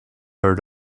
heard